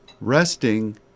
Resting